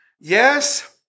Yes